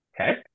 Okay